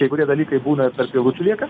kai kurie dalykai būna tarp eilučių lieka